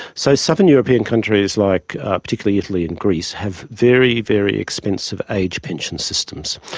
so southern european countries like particularly italy and greece have very, very expensive age pension systems.